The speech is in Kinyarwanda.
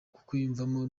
kukwiyumvamo